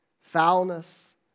foulness